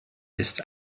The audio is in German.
ist